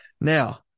Now